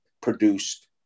produced